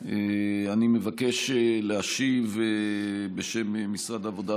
אני מבקש להשיב בשם משרד העבודה,